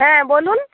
হ্যাঁ বলুন